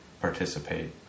participate